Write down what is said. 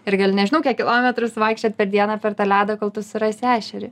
ir gali nežinau kiek kilometrų suvaikščiot per dieną per tą ledą kol tu surasi ešerį